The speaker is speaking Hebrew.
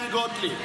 של טלי גוטליב.